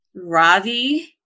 Ravi